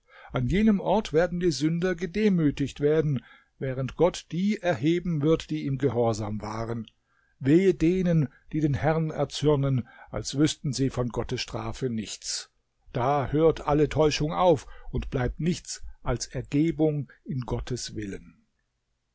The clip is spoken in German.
an jenem ort werden die sünder gedemütigt werden während gott die erheben wird die ihm gehorsam waren wehe denen die den herrn erzürnen als wüßten sie von gottes strafe nichts da hört alle täuschung auf und bleibt nichts als ergebung in gottes willen